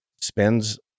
spends